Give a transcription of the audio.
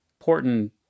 important